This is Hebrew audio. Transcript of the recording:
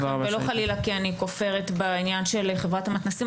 ולא חלילה כי אני כופרת בעניין של החברה למתנ"סים,